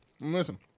Listen